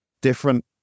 different